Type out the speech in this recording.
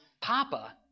Papa